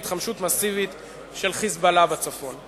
התחמשות מסיבית של "חיזבאללה" בצפון.